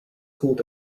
called